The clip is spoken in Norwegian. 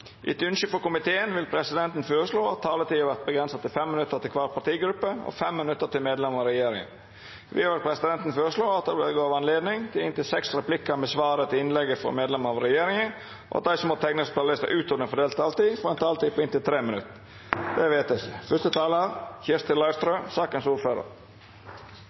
Etter ynske frå kontroll- og konstitusjonskomiteen vil presidenten føreslå at taletida vert avgrensa til 5 minutt til kvar partigruppe og 5 minutt til medlemer av regjeringa. Vidare vil presidenten føreslå at det vert gjeve anledning til inntil seks replikkar med svar etter innlegg frå medlemer av regjeringa, og at dei som måtte teikna seg på talarlista utover den fordelte taletida, får ei taletid på inntil 3 minutt. – Det er vedteke.